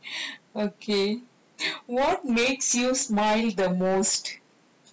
okay what makes you smile the most